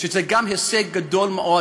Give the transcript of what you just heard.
שזה גם הישג גדול מאוד,